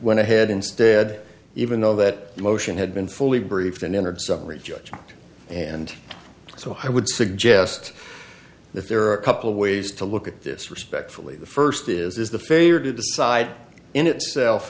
went ahead instead even though that motion had been fully briefed and entered summary judgment and so i would suggest that there are a couple ways to look at this respectfully the first is the failure to decide in itself